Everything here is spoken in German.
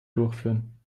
durchführen